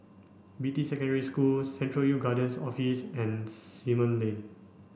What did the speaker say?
Beatty Secondary School Central Youth Guidance Office and Simon Lane